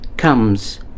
comes